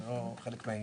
זה לא חלק מהעניין.